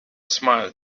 smiled